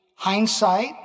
Hindsight